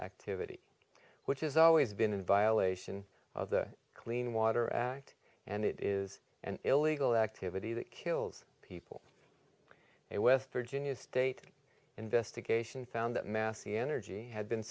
activity which is always been in violation of the clean water act and it is an illegal activity that kills people it with virginia state investigation found that massey energy had been